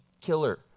killer